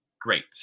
great